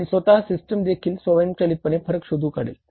आणि स्वतः सिस्टम देखील स्वयंचलितपणे फरक शोधून काढेल